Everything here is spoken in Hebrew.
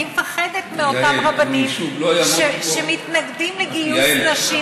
אני מפחדת מאותם רבנים שמתנגדים לגיוס נשים,